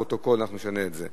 לפיכך אני קובע שהצעת חוק העונשין (תיקון מס' 113)